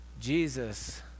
Jesus